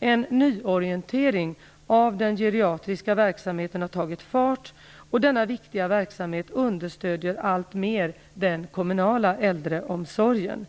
En nyorientering av den geriatriska verksamheten har tagit fart, och denna viktiga verksamhet understödjer alltmer den kommunala äldreomsorgen.